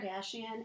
Kardashian